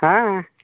ᱦᱮᱸ